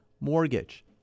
mortgage